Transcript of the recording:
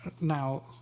Now